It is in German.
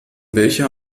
welcher